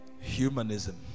Humanism